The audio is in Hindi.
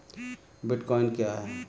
बिटकॉइन क्या है?